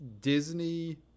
disney